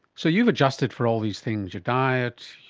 so you've adjusted for all these things, your diet,